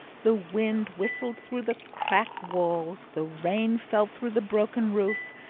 the wind whistled through the cracked walls, the rain fell through the broken roof,